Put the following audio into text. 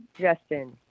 Justin